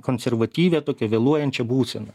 konservatyvią tokią vėluojančią būseną